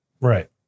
Right